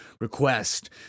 request